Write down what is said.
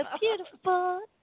beautiful